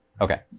Okay